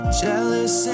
jealous